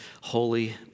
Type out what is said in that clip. holy